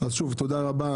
אז שוב, תודה רבה.